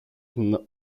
την